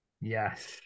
yes